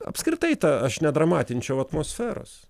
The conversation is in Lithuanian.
apskritai tą aš nedramatinčiau atmosferos